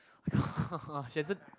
she hasn't